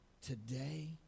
today